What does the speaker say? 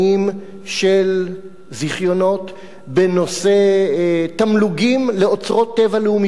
של זיכיונות בנושא תמלוגים על אוצרות טבע לאומיים,